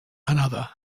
another